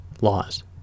laws